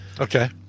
Okay